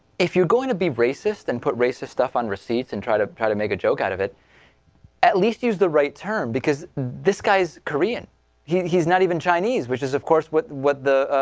if you're going to be racist and put racist stuff on receipt and try to try to make a joke out of it at least is the rate term because disguise korean he he's not even chinese which is of course what what the ah.